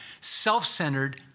self-centered